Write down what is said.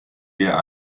ihr